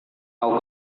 kau